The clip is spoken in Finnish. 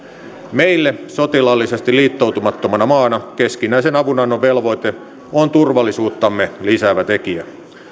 meille sotilaallisesti liittoutumattomana maana keskinäisen avunannon velvoite on turvallisuuttamme lisäävä tekijä